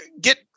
get